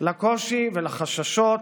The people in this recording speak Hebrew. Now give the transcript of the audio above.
לקושי ולחששות,